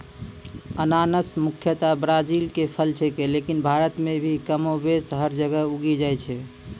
अनानस मुख्यतया ब्राजील के फल छेकै लेकिन भारत मॅ भी कमोबेश हर जगह उगी जाय छै